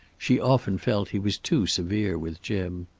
she often felt he was too severe with jim.